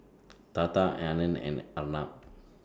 Tata Anand and Arnab